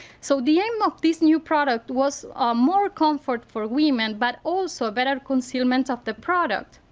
so the aim of this new product was um more comfort for woman, but also better concealment of the product.